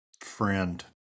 friend